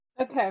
Okay